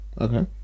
okay